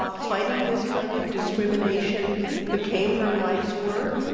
ah fighting this kind of discrimination became her life's work,